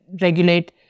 regulate